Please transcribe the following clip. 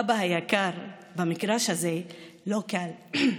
אבא היקר, במגרש הזה לא קל.